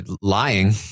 lying